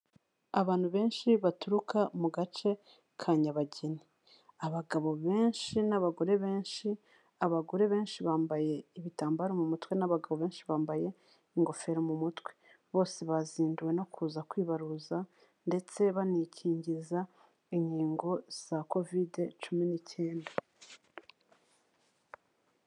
Abantu benshi baturuka mu gace ka Nyabageni. Abagabo benshi n'abagore benshi, abagore benshi bambaye ibitambaro mu mutwe n'abagabo benshi bambaye ingofero mu mutwe. Bose bazinduwe no kuza kwibaruza ndetse banikingiza inkingo za Kovide cumi n'icyenda.